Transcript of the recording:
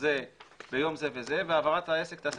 חוזה ביום זה וזה, ף העברת העסק תיעשה